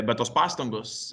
bet tos pastangos